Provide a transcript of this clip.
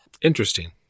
Interesting